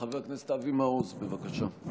חבר הכנסת אבי מעוז, בבקשה.